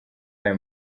ayo